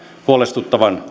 huolestuttavan